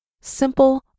simple